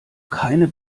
keine